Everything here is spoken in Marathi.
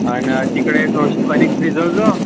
आणि तिकडे थोडीशी कणीक भिजव